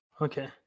Okay